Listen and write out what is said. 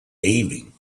evening